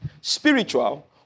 spiritual